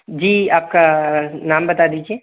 जी आपका नाम बता दीजिए